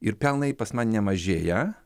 ir pelnai pas mane nemažėja